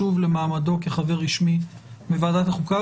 ישוב למעמדו כחבר רשמי בוועדת החוקה,